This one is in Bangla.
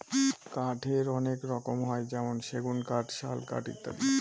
কাঠের অনেক রকম হয় যেমন সেগুন কাঠ, শাল কাঠ ইত্যাদি